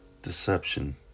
deception